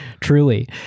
Truly